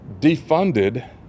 defunded